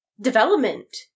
development